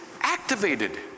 Activated